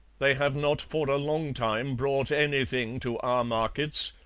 they have not for a long time brought anything to our markets,